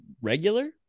regular